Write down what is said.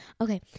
Okay